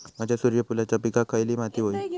माझ्या सूर्यफुलाच्या पिकाक खयली माती व्हयी?